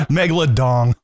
megalodon